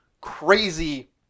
crazy